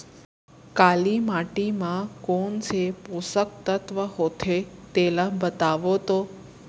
काली माटी म कोन से पोसक तत्व होथे तेला बताओ तो?